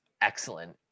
excellent